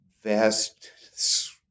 vast